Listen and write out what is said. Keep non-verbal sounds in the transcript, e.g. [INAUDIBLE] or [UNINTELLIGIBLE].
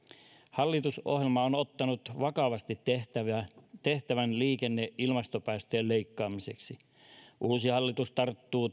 hallitusohjelma on ottanut vakavasti tehtävän liikenteen ilmastopäästöjen leikkaamiseksi uusi hallitus tarttuu [UNINTELLIGIBLE]